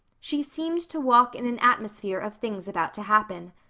she seemed to walk in an atmosphere of things about to happen.